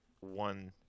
one